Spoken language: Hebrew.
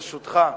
ברשותך.